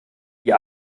die